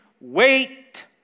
wait